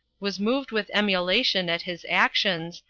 was moved with emulation at his actions,